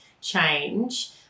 change